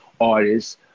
artists